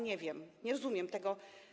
Nie wiem, nie rozumiem tego.